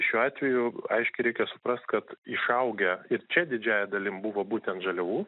šiuo atveju aiškiai reikia suprast kad išaugę ir čia didžiąja dalimi buvo būtent žaliavų